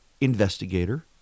investigator